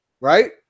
right